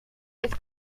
ist